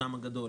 חלקם הגדול,